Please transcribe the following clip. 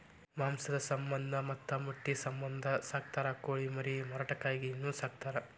ಮಾಂಸದ ಸಮಂದ ಮತ್ತ ಮೊಟ್ಟಿ ಸಮಂದ ಸಾಕತಾರ ಕೋಳಿ ಮರಿ ಮಾರಾಟಕ್ಕಾಗಿನು ಸಾಕತಾರ